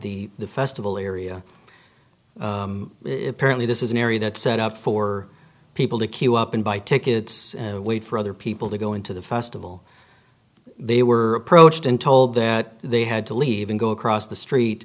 the festival area apparently this is an area that's set up for people to queue up and buy tickets wait for other people to go into the festival they were approached and told that they had to leave and go across the street